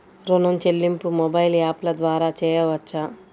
ఋణం చెల్లింపు మొబైల్ యాప్ల ద్వార చేయవచ్చా?